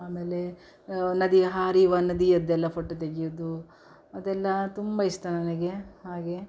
ಆಮೇಲೆ ನದಿ ಹರಿವ ನದಿಯದ್ದೆಲ್ಲ ಫೋಟೊ ತೆಗಿಯುದು ಅದೆಲ್ಲಾ ತುಂಬ ಇಷ್ಟ ನನಗೆ ಹಾಗೆ